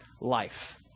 life